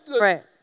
Right